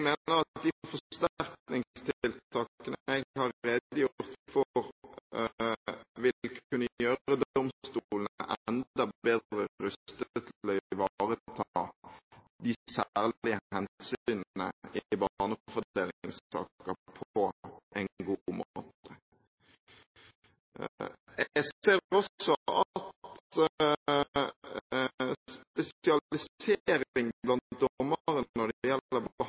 vil kunne gjøre domstolene enda bedre rustet til å ivareta de særlige hensynene i barnefordelingssaker på en god måte. Jeg ser også at spesialisering blant dommere når det gjelder behandlingen av saker etter barneloven, vil kunne fremme mer lik og kompetent behandling, og at det